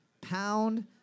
Pound